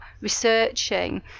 researching